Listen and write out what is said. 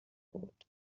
بود